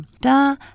Da